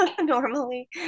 normally